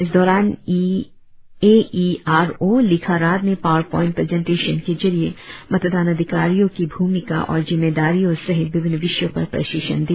इस दौरान A E R O लिखा राध ने पावर पइंट प्रेजेन्टेशन के जरिए मतदान अधिकारियो की भूमिका और जिम्मेदारियों सहित विभिन्न विषयो पर प्रशिक्षण दिया